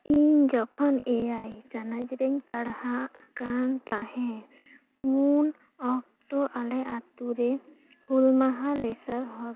ᱤᱧ ᱡᱚᱠᱷᱚᱱ ᱮᱭᱟᱭ ᱪᱟᱞᱟᱪ ᱨᱮᱧ ᱯᱟᱲᱦᱟᱜ ᱠᱟᱱ ᱛᱟᱦᱮᱸ ᱩᱱ ᱚᱠᱛᱚ ᱟᱞᱮ ᱟᱛᱳ ᱨᱮ ᱦᱩᱞ ᱢᱟᱦᱟ ᱞᱮᱥᱟᱦᱮᱫ